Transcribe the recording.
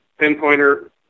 pinpointer